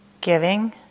giving